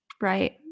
Right